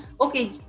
okay